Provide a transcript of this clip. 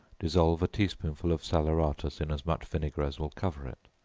dissolve a tea-spoonful of salaeratus in as much vinegar as will cover it,